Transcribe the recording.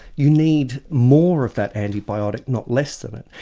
you need more of that antibiotic, not less of it.